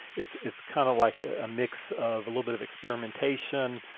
it's it's kind of like a mix of a little bit of experimentation,